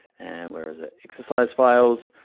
and where is it? exercise files.